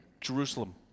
Jerusalem